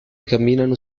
camminano